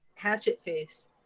Hatchetface